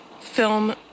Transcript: film